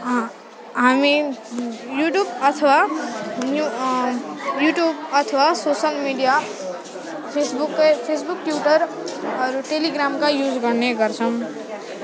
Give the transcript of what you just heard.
हामी युट्युब अथवा new YouTube अथवा सोसल मिडिया फेसबुकै फेसबुक ट्युटर अरू टेलिग्रामका युज गर्ने गर्छौँ